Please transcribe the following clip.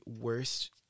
worst